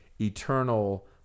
eternal